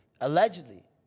allegedly